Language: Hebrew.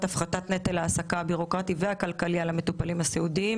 הפחתת נטל ההעסקה הבירוקרטי והכלכלי על המטופלים הסיעודיים.